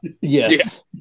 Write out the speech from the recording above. yes